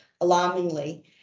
alarmingly